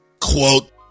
Quote